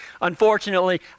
unfortunately